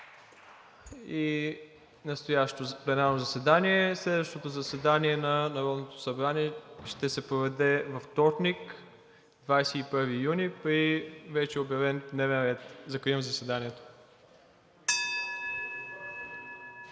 и настоящото пленарно заседание. Следващото заседание на Народното събрание ще се проведе във вторник, 21 юни 2022 г., при вече обявен дневен ред. Закривам заседанието.